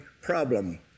problem